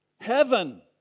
Heaven